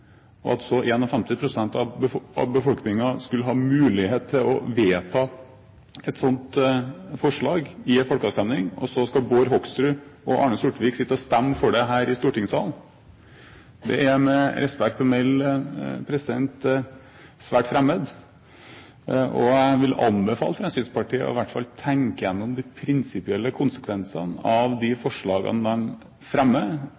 av befolkningen så skal ha mulighet til å vedta et slikt forslag i en folkeavstemning, og at Bård Hoksrud og Arne Sortevik så skal stemme for forslaget her i stortingssalen? Det er, med respekt å melde, svært fremmed. Jeg vil anbefale Fremskrittspartiet i hvert fall å tenke igjennom de prinsipielle konsekvensene av de forslagene de fremmer,